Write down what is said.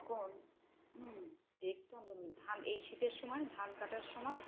তখন দেখতাম যেমন ধান এই শীতের সময় ধান কাটার সময়